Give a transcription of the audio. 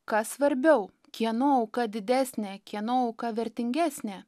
kas svarbiau kieno auka didesnė kieno auka vertingesnė